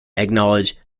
acknowledge